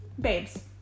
babes